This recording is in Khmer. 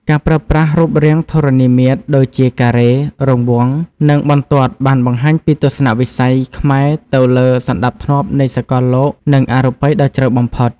ការប្រើប្រាស់រូបរាងធរណីមាត្រដូចជាការ៉េ រង្វង់ និងបន្ទាត់បានបង្ហាញពីទស្សនៈវិស័យខ្មែរទៅលើសណ្តាប់ធ្នាប់នៃសកលលោកនិងអរូបីដ៏ជ្រៅបំផុត។